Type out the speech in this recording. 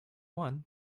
one